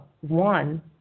one